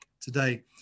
today